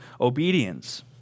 obedience